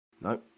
no